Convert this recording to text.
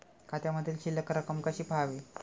खात्यामधील शिल्लक रक्कम कशी पहावी?